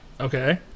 Okay